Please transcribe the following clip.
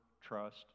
trust